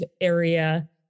area